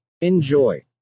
Enjoy